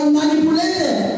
manipulated